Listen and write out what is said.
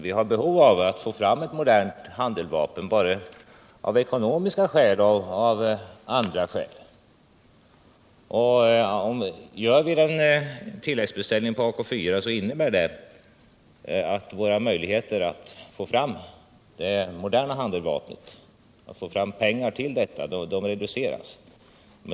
Vi har behov att få fram ett modernt handeldvapen av ekonomiska och andra skäl. Om vi gör en tilläggsbeställning på Ak 4, innebär det att våra möjligheter att få fram det moderna handeldvapnet reduceras.